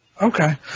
Okay